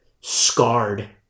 scarred